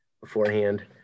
beforehand